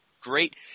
great